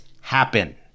happen